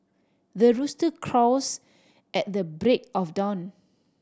the rooster crows at the break of dawn